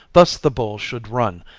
thus the bowl should run,